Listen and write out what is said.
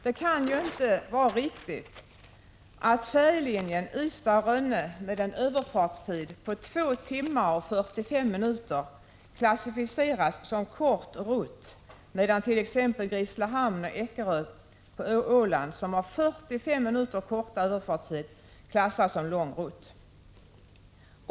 Det kan inte vara riktigt att färjelinjen Ystad-Rönne med en överfartstid på 2 tim. och 45 min. klassificeras som kort rutt, medan t.ex. Grisslehamn-Eckerö på Åland som har 45 min. kortare överfart klassas som lång rutt.